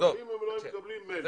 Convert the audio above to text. אם הם לא היו מקבלים מילא.